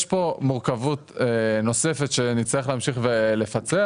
יש פה מורכבות נוספת שנצטרך להמשיך ולפצח.